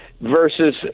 versus